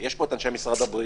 יש פה את אנשי משרד הבריאות,